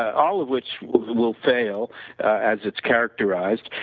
all of which will fail as it's characterized,